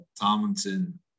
Tomlinson